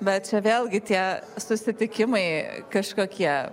bet čia vėlgi tie susitikimai kažkokie